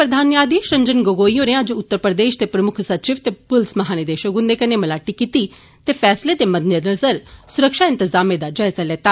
प्रधान न्यायधीश रंजन गोगाई होरें अज्ज उत्तर प्रदेश दे मुक्ख सचिव ते पुलस महानिदेशक हुंदे कन्ने मलाटी कीती ते फैसले गी दिक्खदे होई सुरक्षा इंतजामें दा जायजा लैता